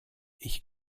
ich